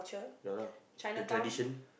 ya lah the tradition